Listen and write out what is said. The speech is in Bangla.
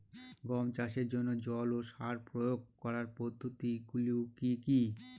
গম চাষের জন্যে জল ও সার প্রয়োগ করার পদ্ধতি গুলো কি কী?